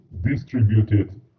distributed